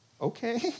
Okay